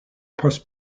poste